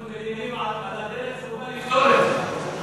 אנחנו מלינים על הדרך שבה הוא בא לפתור את זה.